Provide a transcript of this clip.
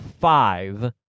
five